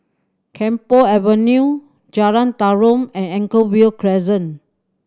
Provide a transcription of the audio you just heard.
Camphor Avenue Jalan Tarum and Anchorvale Crescent